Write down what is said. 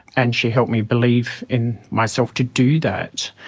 and she helped me believe in myself to do that.